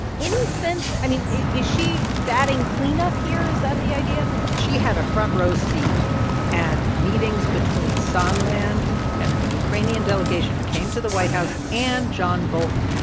any sense i mean, is she batting cleanup here? is that the idea? she had a front-row seat at meetings between sondland and and a ukrainian delegation who came to the white house and john bolton,